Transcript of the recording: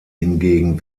hingegen